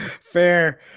fair